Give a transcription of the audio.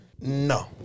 No